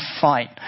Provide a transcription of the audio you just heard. fight